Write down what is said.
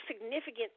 significant